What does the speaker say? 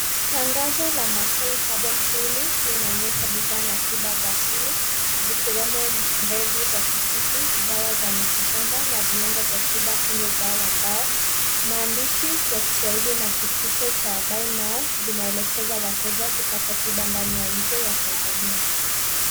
Tangazo la masai herbal clinic linaonyesha bidhaa na tiba za asili zikiwemo mbegu za tikiti, dawa za miti shamba na viungo vya tiba kwenye ubao wa mbao. Maandishi ya kiswahili na kitufe cha buy now kinaelekeza wateja kupata tiba ndani ya nje ya Tanzania.